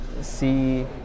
see